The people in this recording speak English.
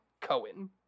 Cohen